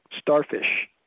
Starfish